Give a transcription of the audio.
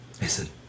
Listen